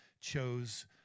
chose